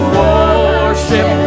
worship